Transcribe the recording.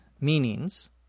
meanings